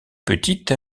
petite